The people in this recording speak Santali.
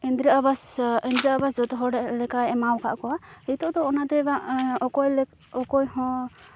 ᱤᱱᱫᱽᱨᱟᱹ ᱟᱵᱟᱥ ᱤᱱᱫᱽᱨᱟᱹ ᱟᱵᱟᱥ ᱡᱚᱛᱚᱦᱚᱲ ᱞᱮᱠᱟᱭ ᱮᱢᱟᱣᱟᱠᱟᱫ ᱠᱚᱣᱟ ᱱᱤᱛᱚᱜ ᱫᱚ ᱚᱱᱟᱛᱮᱱᱟᱜ ᱚᱠᱚᱭ ᱦᱚᱸ